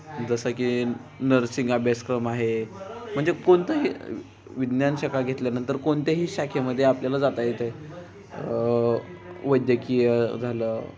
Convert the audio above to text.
जसं की नर्सिंग अभ्यासक्रम आहे म्हणजे कोणतंही विज्ञान शाखा घेतल्यानंतर कोणत्याही शाखेमध्ये आपल्याला जाता येतं आहे वैद्यकीय झालं